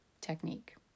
technique